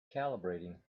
calibrating